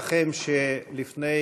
(פטורין)